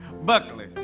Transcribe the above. Buckley